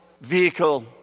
vehicle